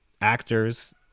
actors